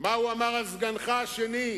מה הוא אמר על סגנך השני,